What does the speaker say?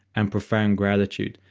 and profound gratitude.